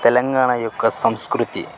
తెలంగాణ యొక్క సంస్కృతి